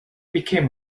became